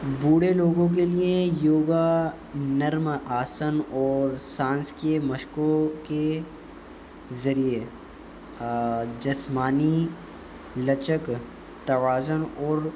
بوڑھے لوگوں کے لیے یوگا نرم آسن اور سانس کے مشکوں کے ذریعے جسمانی لچک توازن اور